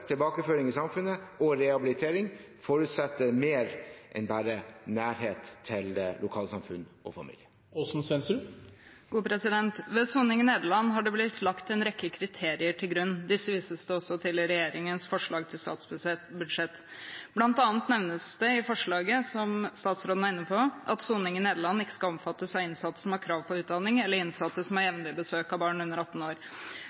tilbakeføring til samfunnet. God tilbakeføring til samfunnet og rehabilitering forutsetter mer enn bare nærhet til lokalsamfunn og familie. Ved soning i Nederland har det blitt lagt en rekke kriterier til grunn. Disse vises det også til i regjeringens forslag til statsbudsjett. Blant annet nevnes det i forslaget, som statsråden var inne på, at soning i Nederland ikke skal omfatte innsatte som har krav på utdanning, eller innsatte som har jevnlig besøk av barn under 18 år.